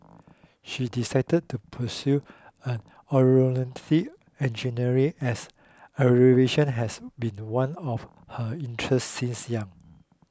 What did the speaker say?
she decided to pursue Aeronautical Engineering as aviation has been one of her interests since young